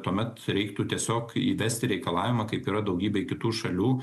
tuomet reiktų tiesiog įvesti reikalavimą kaip yra daugybėj kitų šalių